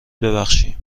بخشیم